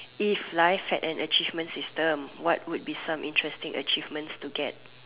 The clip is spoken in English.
if life had an achievement system what would be some interesting achievements to get